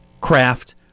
craft